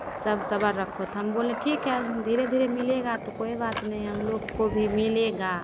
सब सबर रखो तो हम बोले ठीक है धीरे धीरे मिलेगा तो कोई बात नहीं हमलोग को भी मिलेगा